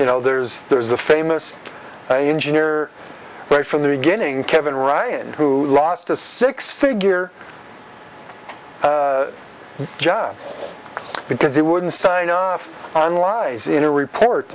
you know there's there's a famous engineer right from the beginning kevin ryan who lost a six figure job because he wouldn't sign off on lies in a report